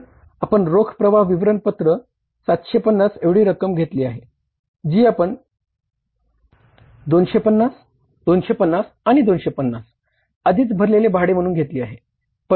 कारण आपण रोख प्रवाह विवरणपत्रात 750 एवढी रक्कम घेतली आहे जी आपण 250 250 आणि 250 आधीच भरलेले भाडे म्हुणुन घेतली आहे